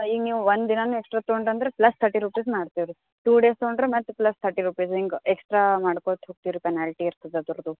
ಈಗ ನೀವು ಒಂದು ದಿನವೂ ಎಕ್ಸ್ಟ್ರಾ ತೊಗೊಂಡು ಅಂದ್ರೆ ಪ್ಲಸ್ ತರ್ಟಿ ರೂಪಿಸ್ ಮಾಡ್ತೇವೆ ರೀ ಟು ಡೇಸ್ ತೊಗೊಂಡ್ರೆ ಮತ್ತು ಪ್ಲಸ್ ತರ್ಟಿ ರೂಪಿಸ್ ಹಿಂಗೆ ಎಕ್ಸ್ಟ್ರಾ ಮಾಡ್ಕೊಳ್ತಾ ಹೊಗ್ತಿರ್ತದೆ ಪೆನಾಲ್ಟಿ ಇರ್ತದೆ ಅದ್ರದ್ದು